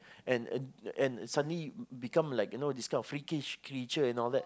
and and and suddenly become like you know this kind of freakish creature and all that